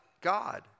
God